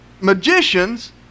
magicians